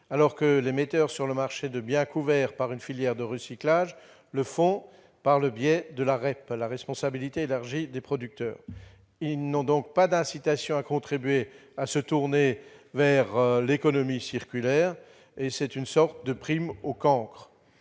alors que les metteurs sur le marché de biens couverts par une filière de recyclage le font par le biais de la responsabilité élargie des producteurs, la REP. Ils n'ont donc pas d'incitation à se tourner vers l'économie circulaire. C'est une sorte de « prime au cancre